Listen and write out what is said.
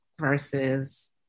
versus